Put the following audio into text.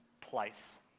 place